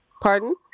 Pardon